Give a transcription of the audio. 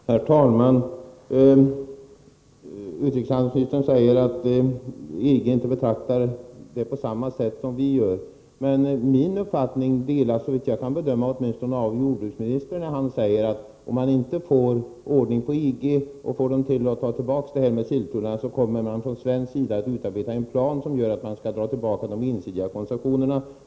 Herr talman! Utrikeshandelsministern säger att EG inte betraktar frågan på samma sätt som vi gör. Men min uppfattning delas, såvitt jag kan bedöma, åtminstone av jordbruksministern, när han säger att om man inte får ordning på EG och får dessa länder att ta tillbaka beslutet om silltullar, så kommer man från svensk sida att utarbeta en plan om att dra tillbaka de ensidiga koncessionerna.